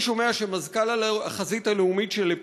אני שומע שמזכ"ל החזית הלאומית של לה-פן,